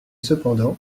cependant